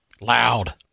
Loud